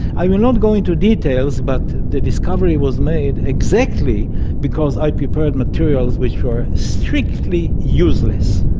i will not go into details but the discovery was made exactly because i prepared materials which were strictly useless,